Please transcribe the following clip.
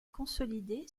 consolidé